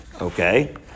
Okay